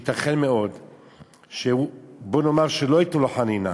בוא נאמר שייתכן מאוד שלא ייתנו לו חנינה